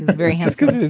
very good.